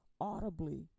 audibly